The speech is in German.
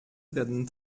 werden